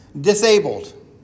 disabled